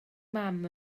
mam